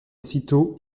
cîteaux